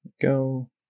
Go